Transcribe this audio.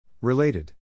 Related